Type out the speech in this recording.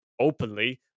openly